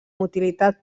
utilitat